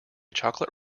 chocolate